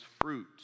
fruit